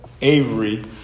Avery